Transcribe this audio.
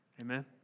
amen